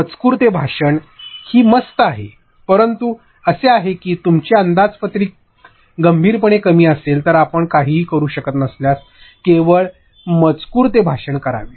मजकूर ते भाषण ही मस्त आहे परंतु असे आहे की जर तुमचे अंदाजपत्रक गंभीरपणे कमी असेल तर आपण काहीही करू शकत नसल्यास केवळ मजकूर ते भाषण करावे